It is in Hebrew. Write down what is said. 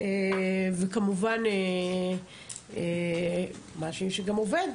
וכמובן משהו שגם עובד,